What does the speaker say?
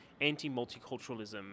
anti-multiculturalism